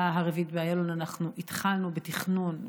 הרביעית באיילון אנחנו התחלנו בתכנון,